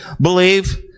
believe